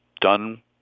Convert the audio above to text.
done